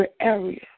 area